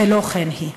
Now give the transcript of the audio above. ולא כן היא.